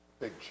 Big